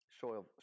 show